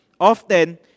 often